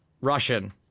Russian